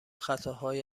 خطاهای